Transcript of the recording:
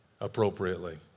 appropriately